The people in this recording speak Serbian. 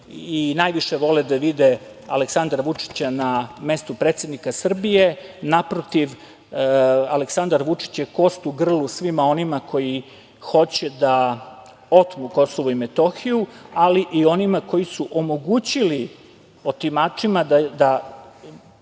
i najviše vole da vide Aleksandra Vučića na mestu predsednika Srbije. Naprotiv, Aleksandar Vučić je kost u grlu svima onima koji hoće da otmu KiM, ali i onima koji su omogućili otimačima da